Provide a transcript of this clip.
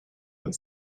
but